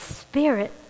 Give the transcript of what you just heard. Spirit